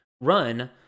run